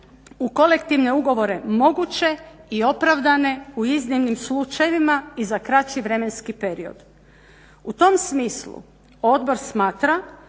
u Kolektivne ugovore moguće i opravdane u iznimnim slučajevima i za kraći vremenski period. U tom smislu odbor